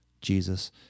Jesus